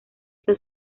esto